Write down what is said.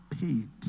paid